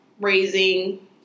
raising